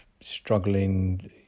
struggling